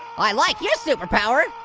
i like your superpower,